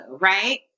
right